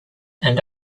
and